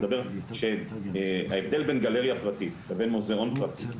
אני מדבר שההבדל בין גלריה פרטית לבין מוזיאון פרטי,